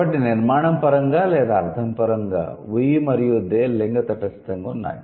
కాబట్టి నిర్మాణo పరంగా లేదా అర్థo పరంగా 'వుయ్ మరియు దే' లింగ తటస్థంగా ఉన్నాయి